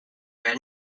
red